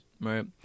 Right